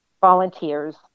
volunteers